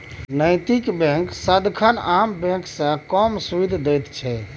नैतिक बैंक सदिखन आम बैंक सँ कम सुदि दैत छै